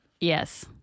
Yes